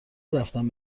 رفتن